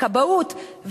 בכבאות,